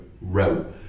route